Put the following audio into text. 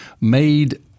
made